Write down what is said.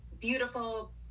beautiful